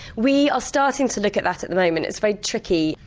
we are starting to look at that at the moment, it's very tricky.